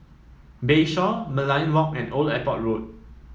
Bayshore Merlion Walk and Old Airport Road